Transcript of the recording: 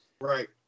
Right